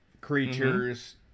creatures